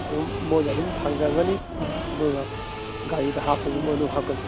ꯑꯗꯨꯝ ꯃꯣꯏꯅ ꯑꯗꯨꯝ ꯊꯥꯡꯗꯈ꯭ꯔꯅꯤ ꯑꯗꯨꯒ ꯒꯥꯔꯤꯗ ꯍꯥꯞꯄꯁꯨ ꯃꯣꯏꯅ ꯑꯗꯨꯝ ꯍꯥꯞꯀꯅꯤ